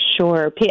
sure